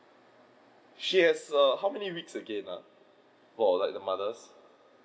she has err how many weeks again err for like the mothers